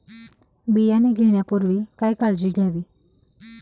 बियाणे घेण्यापूर्वी काय काळजी घ्यावी?